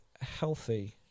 healthy